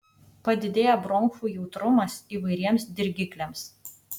padidėja bronchų jautrumas įvairiems dirgikliams